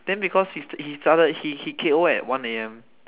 then because he started he he K_O at one A_M